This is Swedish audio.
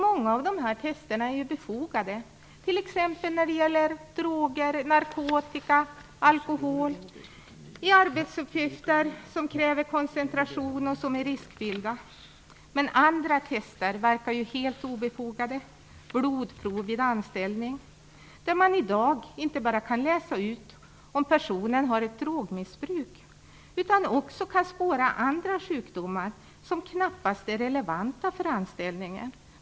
Många av dessa tester är befogade, t.ex. när det gäller droger, narkotika eller alkohol och arbetsuppgifter som kräver koncentration och som är riskfyllda. Men andra tester verkar helt obefogade, t.ex. blodprov vid anställning. I dag kan man inte bara läsa ut om personen har ett drogmissbruk, utan också spåra andra sjukdomar som knappast är relevanta för anställningen.